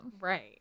Right